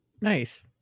Nice